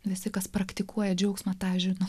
visi kas praktikuoja džiaugsmą tą žino